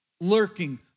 lurking